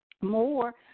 More